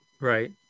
right